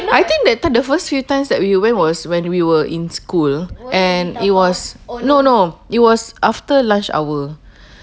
I think that time the first few times that we went was when we were in school and it was no no it was after lunch hour